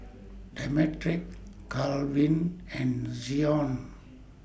Demetric Kalvin and Zion